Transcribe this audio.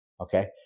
Okay